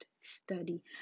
study